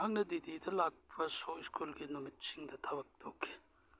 ꯃꯍꯥꯛꯅ ꯗꯤ ꯗꯤꯗ ꯂꯥꯛꯄ ꯁꯣ ꯁ꯭ꯀꯨꯜꯒꯤ ꯅꯨꯃꯤꯠꯁꯤꯡꯗ ꯊꯕꯛ ꯇꯧꯈꯤ